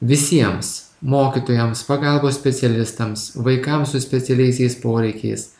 visiems mokytojams pagalbos specialistams vaikams su specialiaisiais poreikiais